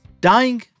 Dying